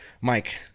mike